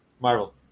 Marvel